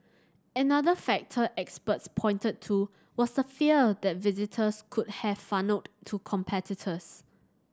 another factor experts pointed to was the fear that visitors could be funnelled to competitors